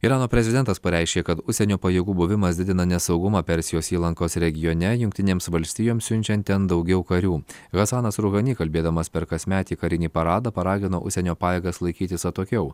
irano prezidentas pareiškė kad užsienio pajėgų buvimas didina nesaugumą persijos įlankos regione jungtinėms valstijoms siunčiant ten daugiau karių hasanas ruchani kalbėdamas per kasmetį karinį paradą paragino užsienio pajėgas laikytis atokiau